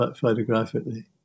photographically